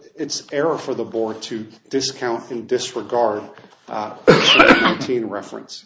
it's an error for the board to discount and disregard the teen reference